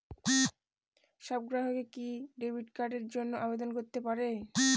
সব গ্রাহকই কি ডেবিট কার্ডের জন্য আবেদন করতে পারে?